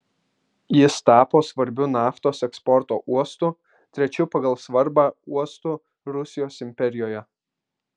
jis tapo svarbiu naftos eksporto uostu trečiu pagal svarbą uostu rusijos imperijoje